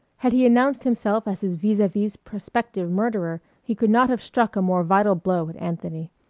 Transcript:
had he announced himself as his vis-a-vis's prospective murderer he could not have struck a more vital blow at anthony.